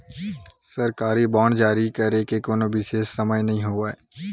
सरकारी बांड जारी करे के कोनो बिसेस समय नइ होवय